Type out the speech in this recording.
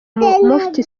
mufti